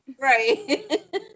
right